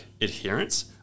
adherence